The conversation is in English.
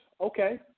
Okay